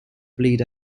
bleed